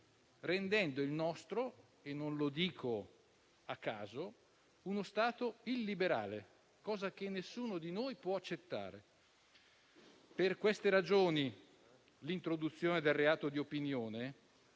rendendo il nostro - e non lo dico a caso - uno Stato illiberale, cosa che nessuno di noi può accettare. Per queste ragioni, l'introduzione del reato di opinione